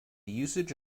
usage